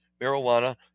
marijuana